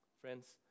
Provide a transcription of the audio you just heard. Friends